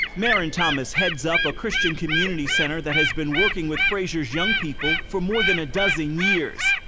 marron thomas heads up a christian community center that has been working with fraysers young people for more than a dozen years.